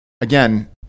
Again